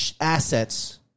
assets